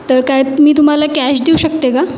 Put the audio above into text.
तर काय मी तुम्हाला कॅश दिऊ शकते का